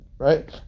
Right